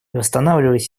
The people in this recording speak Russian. восстанавливать